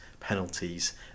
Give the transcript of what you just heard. penalties